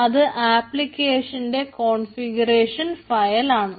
അത് ആപ്ലിക്കേഷന്റെ configuration file ആണ്